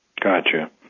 Gotcha